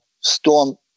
storm